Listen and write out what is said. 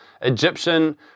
Egyptian